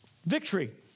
Victory